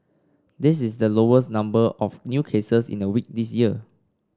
this is the lowest number of new cases in a week this year